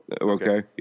Okay